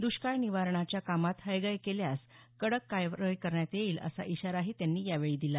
दुष्काळ निवारणाच्या कामात हयगय केल्यास कडक कारवाई करण्यात येईल असा इशाराही त्यांनी यावेळी दिला